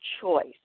choice